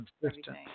consistent